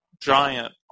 giant